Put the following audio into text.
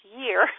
year